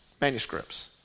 manuscripts